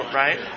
right